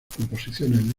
composiciones